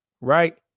right